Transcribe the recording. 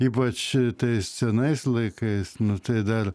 ypač tais senais laikais nu tai dar